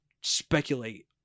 speculate